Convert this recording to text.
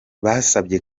basabye